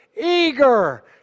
eager